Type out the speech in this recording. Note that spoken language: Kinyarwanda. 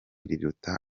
riruta